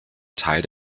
teil